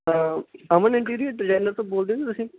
ਅਮਨ interior designer ਤੋਂ ਬੋਲਦੇ ਜੀ ਤੁਸੀ